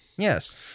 Yes